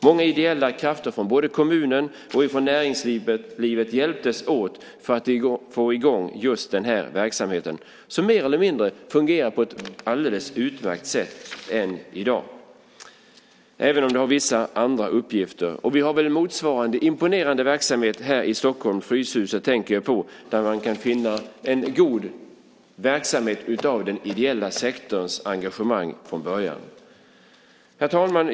Många ideella krafter från både kommunen och från näringslivet hjälptes åt för att få i gång just den här verksamheten, som mer eller mindre fungerar på ett alldeles utmärkt sätt än i dag, även om den har vissa andra uppgifter nu. Vi har motsvarande imponerande verksamhet här i Stockholm. Jag tänker på Fryshuset, där man kan finna en god verksamhet av den ideella sektorns engagemang från början. Herr talman!